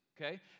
okay